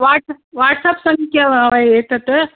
watt WhatsApp सङ्ख्या वा एतत्